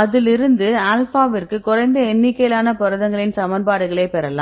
அதிலிருந்து ஆல்பாவுக்கு குறைந்த எண்ணிக்கையிலான புரதங்களின் சமன்பாடுகளைப் பெறலாம்